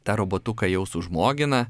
tą robotuką jau sužmogina